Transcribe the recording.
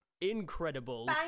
incredible